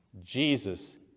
Jesus